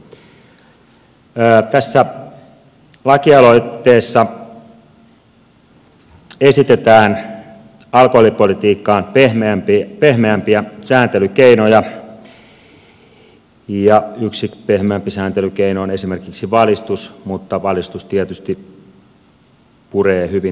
tässä lakialoitteessa esitetään alkoholipolitiikkaan pehmeämpiä sääntelykeinoja ja yksi pehmeämpi sääntelykeino on esimerkiksi valistus mutta valistus tietysti puree hyvin hitaasti